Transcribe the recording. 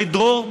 בית דרור,